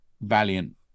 Valiant